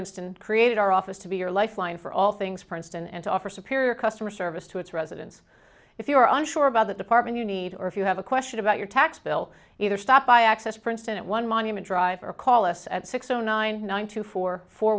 princeton created our office to be your lifeline for all things princeton and to offer superior customer service to its residents if you are unsure about that department you need or if you have a question about your tax bill either stop by access princeton at one monument drive or call us at six zero nine nine two four four